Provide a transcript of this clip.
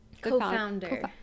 Co-founder